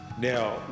Now